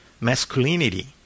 masculinity